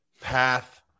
path